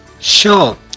Sure